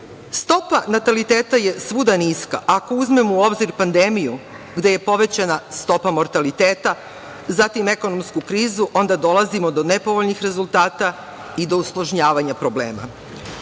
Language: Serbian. nataliteta je svuda niska. Ako uzmemo u obzir pandemiju, gde je povećana stopa mortaliteta, zatim, ekonomsku krizu, onda dolazimo do nepovoljnih rezultata i do usložnjavanja